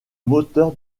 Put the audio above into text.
moteur